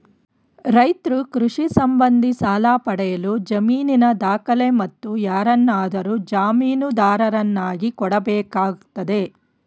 ರೈತ್ರು ಕೃಷಿ ಸಂಬಂಧಿ ಸಾಲ ಪಡೆಯಲು ಜಮೀನಿನ ದಾಖಲೆ, ಮತ್ತು ಯಾರನ್ನಾದರೂ ಜಾಮೀನುದಾರರನ್ನಾಗಿ ಕೊಡಬೇಕಾಗ್ತದೆ